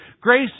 Grace